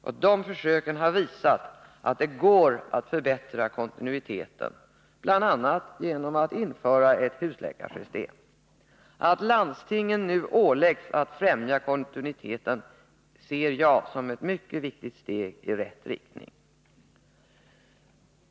Dessa försök har visat att det går att förbättra kontinuiteten bl.a. genom införande av husläkarsystem. Att landstingen nu åläggs att främja kontinuiteten ser jag som ett mycket viktigt steg i rätt riktning.